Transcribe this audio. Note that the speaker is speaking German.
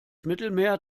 mittelmeer